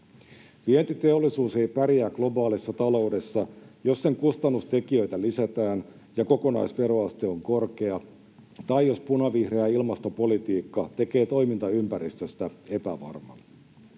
Vientiteollisuus ei pärjää globaalissa taloudessa, jos sen kustannustekijöitä lisätään ja kokonaisveroaste on korkea tai jos punavihreä ilmastopolitiikka tekee toimintaympäristöstä epävarman.